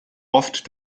oft